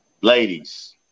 ladies